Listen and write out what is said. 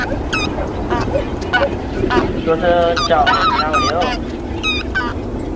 तुस चाकलेट बनाऊड़ेओ